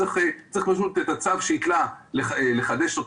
צריך את הצו שהותלה לחדש,